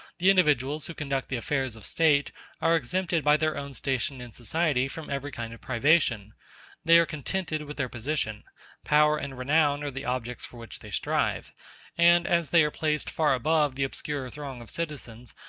the individuals who conduct the affairs of state are exempted by their own station in society from every kind of privation they are contented with their position power and renown are the objects for which they strive and, as they are placed far above the obscurer throng of citizens,